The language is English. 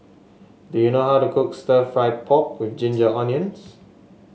do you know how to cook stir fry pork with Ginger Onions